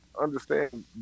understand